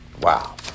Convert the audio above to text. Wow